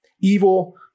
evil